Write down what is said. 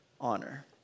honor